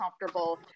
comfortable